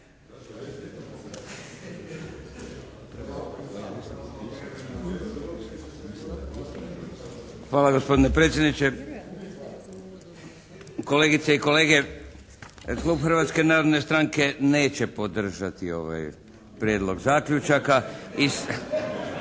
Hvala gospodine predsjedniče. Kolegice i kolege, Klub Hrvatske narodne stranke neće podržati ovaj Prijedlog zaključaka